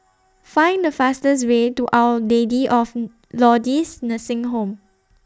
Find The fastest Way to Our Lady of Lourdes Nursing Home